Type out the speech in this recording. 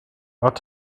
ort